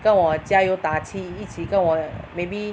跟我加油打气一起跟我 maybe